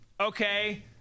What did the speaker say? Okay